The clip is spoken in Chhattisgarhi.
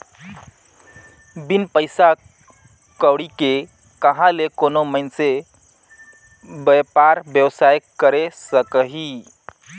बिन पइसा कउड़ी के कहां ले कोनो मइनसे बयपार बेवसाय करे सकही